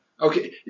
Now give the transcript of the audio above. Okay